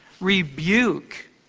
Rebuke